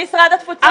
משרד התפוצות.